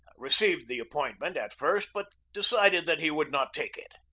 received the appointment at first, but decided that he would not take it.